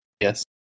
Yes